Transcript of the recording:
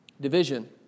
division